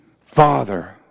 Father